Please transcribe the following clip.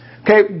Okay